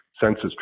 census